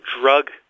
drug